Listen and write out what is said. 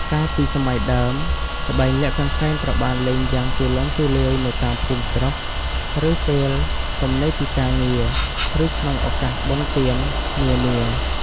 កាលពីសម័យដើម ល្បែងលាក់កន្សែងត្រូវបានលេងយ៉ាងទូលំទូលាយនៅតាមភូមិស្រុក នៅពេលទំនេរពីការងារ ឬក្នុងឱកាសបុណ្យទាននានា។